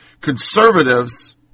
Conservatives